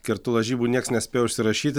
kertu lažybų niekas nespėjo užsirašyti